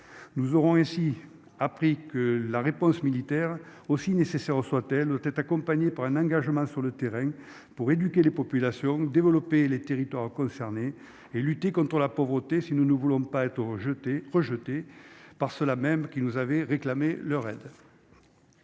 nous aurons ainsi appris que la réponse militaire, aussi nécessaire soit-elle, doit être accompagné par un engagement sur le terrain pour éduquer les populations, développer les territoires concernés et lutter contre la pauvreté, si nous ne voulons pas être rejeté, rejeté par ceux-là mêmes qui nous avez réclamé le rêve.